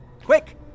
Quick